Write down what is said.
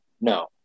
No